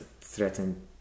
threatened